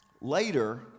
Later